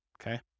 okay